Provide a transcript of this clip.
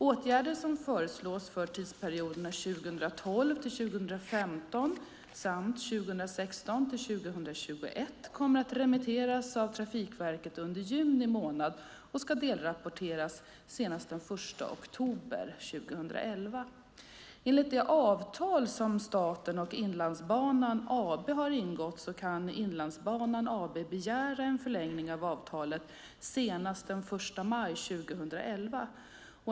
Åtgärder som föreslås för tidsperioderna 2012-2015 samt 2016-2021 kommer att remitteras av Trafikverket under juni månad och ska delrapporteras senast den 1 oktober 2011. Enligt det avtal som staten och Inlandsbanan AB har ingått kan Inlandsbanan AB begära en förlängning av avtalet senast den 1 maj 2011.